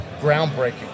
groundbreaking